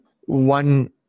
one